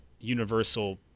universal